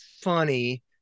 funny